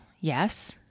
yes